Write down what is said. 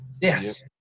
Yes